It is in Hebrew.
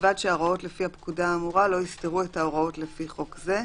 ובלבד שההוראות לפי הפקודה האמורה לא יסתרו את ההוראות לפי חוק זה.